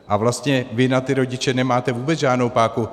A vlastně vy na ty rodiče nemáte vůbec žádnou páku.